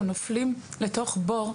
הם נופלים לתוך בור.